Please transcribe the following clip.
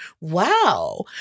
wow